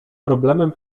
problemem